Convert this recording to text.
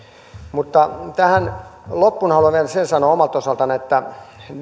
mutta tähän loppuun haluan vielä sen sanoa omalta osaltani että